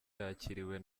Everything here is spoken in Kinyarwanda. yakiriwe